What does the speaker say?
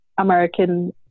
American